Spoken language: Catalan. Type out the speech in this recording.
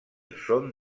són